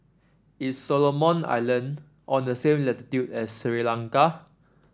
is Solomon Islands on the same latitude as Sri Lanka